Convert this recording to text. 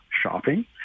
shopping